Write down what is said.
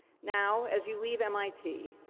now, as you leave mit,